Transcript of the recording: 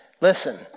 listen